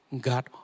God